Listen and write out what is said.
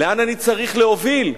לאן אני צריך להוביל.